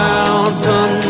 Mountain